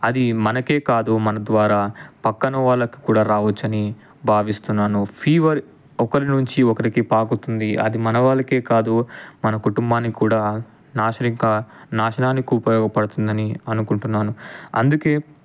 అది మనకే కాదు మన ద్వారా పక్కన వాళ్ళకి కూడా రావచ్చని భావిస్తున్నాను ఫీవర్ ఒకరి నుంచి ఒకరికి పాకుతుంది అది మన వాళ్ళకే కాదు మన కుటుంబానికి కూడా నాశనిక నాశనానికి ఉపయోగపడుతుందని అనుకుంటున్నాను అందుకే